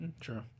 True